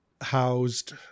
housed